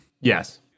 yes